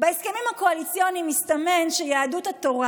בהסכמים הקואליציוניים הסתמן שיהדות התורה